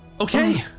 Okay